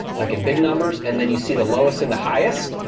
like in big numbers, and then you see the lowest and the highest,